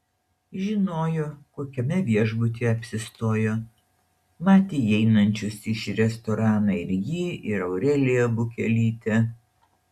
žinojo kokiame viešbutyje apsistojo matė įeinančius į šį restoraną ir jį ir aureliją bukelytę